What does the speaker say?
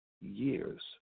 years